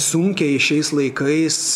sunkiai šiais laikais